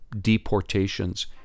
deportations